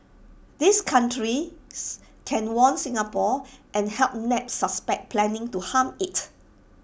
these countries can warn Singapore and help nab suspects planning to harm IT